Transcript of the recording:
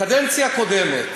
בקדנציה הקודמת,